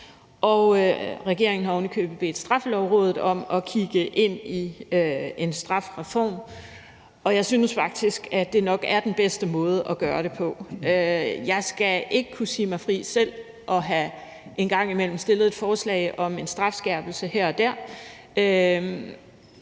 Regeringen har ovenikøbet bedt Straffelovrådet om at kigge ind i en strafreform, og jeg synes faktisk, at det nok er den bedste måde at gøre det på. Jeg skal ikke kunne sige mig fri for selv en gang imellem at have fremsat et forslag om en strafskærpelse her og der,